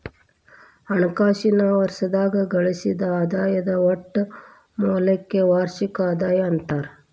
ಹಣಕಾಸಿನ್ ವರ್ಷದಾಗ ಗಳಿಸಿದ್ ಆದಾಯದ್ ಒಟ್ಟ ಮೌಲ್ಯಕ್ಕ ವಾರ್ಷಿಕ ಆದಾಯ ಅಂತಾರ